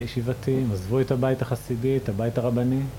ישיבתים, עזבו את הבית החסידי, את הבית הרבני